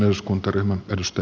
arvoisa puhemies